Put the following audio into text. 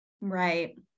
Right